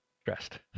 stressed